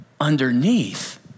underneath